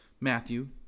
Matthew